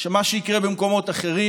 שמה שיקרה במקומות אחרים,